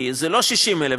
כי זה לא 60,000,